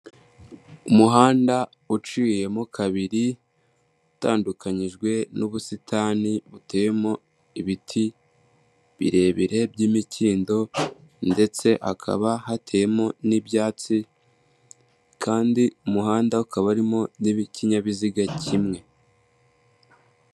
Umuhanda uciyemo kabiri, utandukanyijwe n'ubusitani buteyemo ibiti birebire by'imikindo ndetse hakaba hatewemo n'ibyatsi kandi umuhanda ukaba arimo n'ikinyabiziga kimwe.